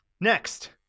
next